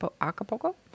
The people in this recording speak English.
Acapulco